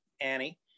Annie